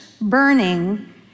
burning